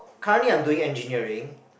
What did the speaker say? currently I'm doing engineering